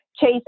chase